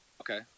Okay